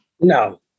No